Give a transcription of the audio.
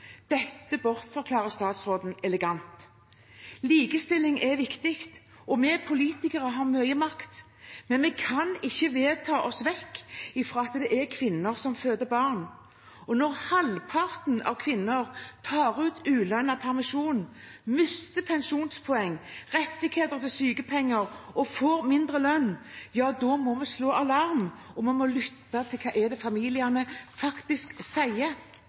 Dette bortforklarer statsråden elegant. Likestilling er viktig, og vi politikere har mye makt, men vi kan ikke vedta oss vekk fra at det er kvinner som føder barn. Under halvparten av kvinnene tar ut ulønnet permisjon, mister pensjonspoeng, rettigheter til sykepenger og får mindre lønn. Da må vi slå alarm, og vi må lytte til hva det er familiene faktisk sier.